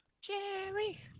Jerry